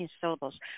syllables